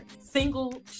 Single